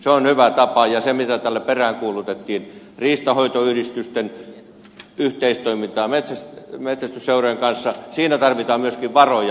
se on hyvä tapa ja siinä mitä täällä peräänkuulutettiin riistanhoitoyhdistysten yhteistoimintaa metsästysseurojen kanssa tarvitaan myöskin varoja